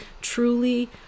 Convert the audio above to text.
truly